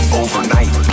overnight